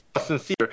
sincere